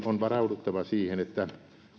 on varauduttava siihen että